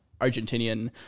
argentinian